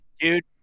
Dude